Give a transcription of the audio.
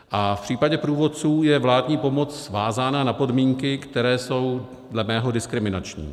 A v případě průvodců je vládní pomoc vázána na podmínky, které jsou dle mého diskriminační.